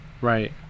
Right